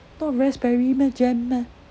not raspberry meh jam meh